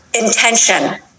intention